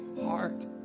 heart